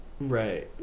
Right